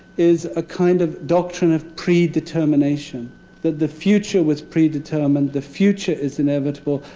is a kind of doctrine of predetermination that the future was predetermined, the future is inevitable,